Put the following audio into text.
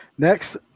Next